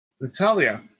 Natalia